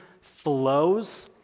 flows